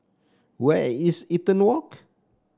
where is Eaton Walk